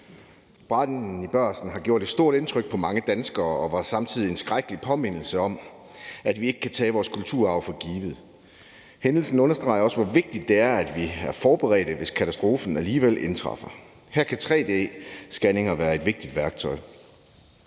Branden i Børsen har gjort et stort indtryk på mange danskere, og den var samtidig en skrækkelig påmindelse om, at vi ikke kan tage vores kulturarv for givet. Hændelsen understreger også, hvor vigtigt det er, at vi er forberedte, hvis katastrofen alligevel indtræffer. Her kan tre-d-scanninger være et vigtigt værktøj.